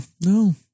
No